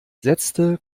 setzte